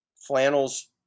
flannels